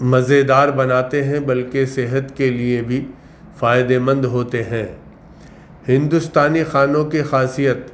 مزیدار بناتے ہیں بلکہ صحت کے لیے بھی فائدے مند ہوتے ہیں ہندوستانی کھانوں کی خاصیت